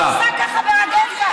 קוראים קפקא ומפציצים.